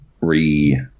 re